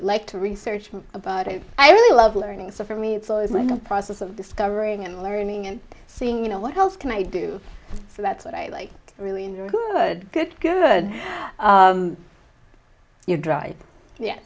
like to research about it i really love learning so for me it's always been the process of discovering and learning and seeing you know what else can i do so that's what i like really good good good you dri